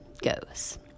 goes